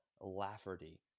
Lafferty